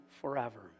forever